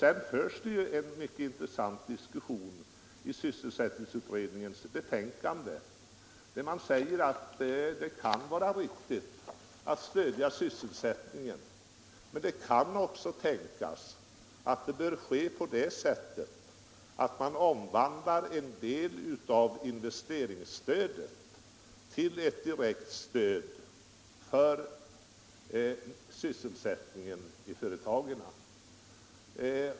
Vidare förs det en mycket intressant diskussion i sysselsättningsutred ningens betänkande, där det sägs att det kan vara riktigt att stödja sysselsättningen och att det också kan tänkas att detta bör ske på det sättet att en del av investeringsstödet omvandlas till ett direkt stöd för sysselsättningen i företagen.